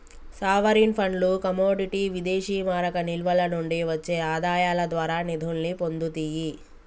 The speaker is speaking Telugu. సావరీన్ ఫండ్లు కమోడిటీ విదేశీమారక నిల్వల నుండి వచ్చే ఆదాయాల ద్వారా నిధుల్ని పొందుతియ్యి